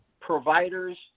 providers